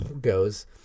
goes